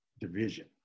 division